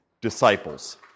disciples